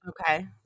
okay